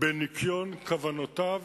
בניקיון של כוונותיו.